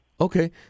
Okay